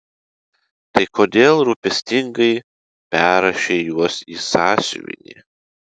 tai kodėl rūpestingai perrašei juos į sąsiuvinį